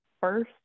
first